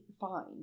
fine